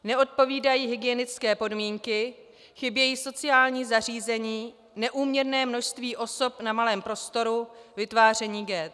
Neodpovídají hygienické podmínky, chybějí sociální zařízení, neúměrné množství osob na malém prostoru, vytváření ghett.